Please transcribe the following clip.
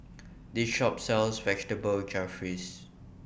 This Shop sells Vegetable Jalfrezi